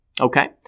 Okay